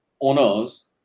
owners